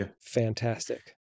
fantastic